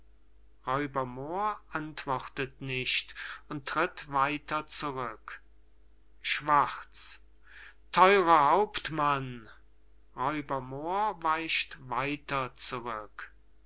antwortet nicht und tritt weiter zurück schwarz theurer hauptmann räuber moor weicht weiter